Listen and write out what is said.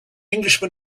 englishman